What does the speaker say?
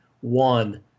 One